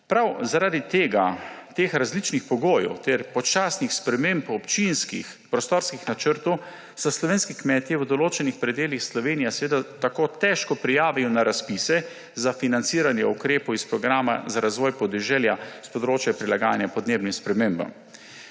Prav zaradi teh različnih pogojev ter počasnih sprememb občinskih prostorskih načrtov se slovenski kmetje v določenih predelih Slovenije tako težko prijavijo na razpise za financiranje ukrepov iz programa za razvoj podeželja s področja prilaganja podnebnim spremembam.